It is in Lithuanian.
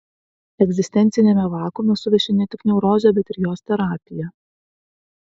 egzistenciniame vakuume suveši ne tik neurozė bet ir jos terapija